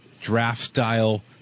draft-style